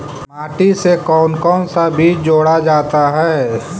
माटी से कौन कौन सा बीज जोड़ा जाता है?